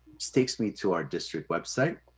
takes me to our district website.